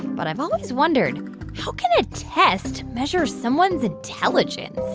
but i've always wondered how can a test measure someone's intelligence?